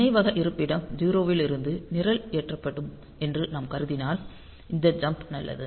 நினைவகம் இருப்பிடம் 0 இலிருந்து நிரல் ஏற்றப்படும் என்று நாம் கருதினால் இந்த ஜம்ப் நல்லது